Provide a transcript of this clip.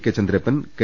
K Chandrappan K